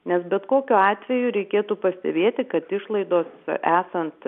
nes bet kokiu atveju reikėtų pastebėti kad išlaidos esant